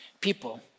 people